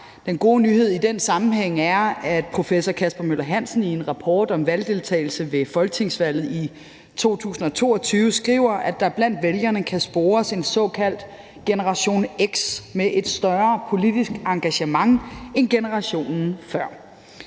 Den gode nyhed i den sammenhæng er, at professor Kasper Møller Hansen i en rapport om valgdeltagelse ved folketingsvalget i 2022 skriver, at der blandt vælgerne kan spores en såkaldt generation x med et større politisk engagement end generationen før.